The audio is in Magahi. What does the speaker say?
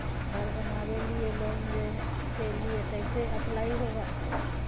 घर बनावे लिय लोन के लिए कैसे अप्लाई होगा?